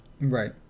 Right